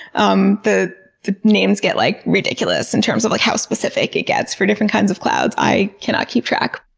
um the the names get like ridiculous in terms of like how specific it gets for different kinds of clouds. i cannot keep track.